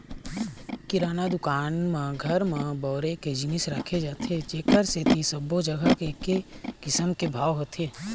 किराना दुकान म घर म बउरे के जिनिस राखे जाथे जेखर सेती सब्बो जघा एके किसम के भाव होथे